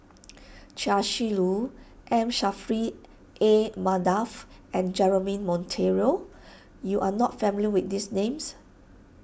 Chia Shi Lu M Saffri A Manaf and Jeremy Monteiro you are not familiar with these names